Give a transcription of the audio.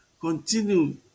continue